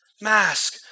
mask